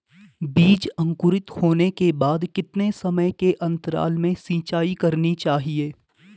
बीज अंकुरित होने के बाद कितने समय के अंतराल में सिंचाई करनी चाहिए?